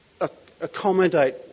accommodate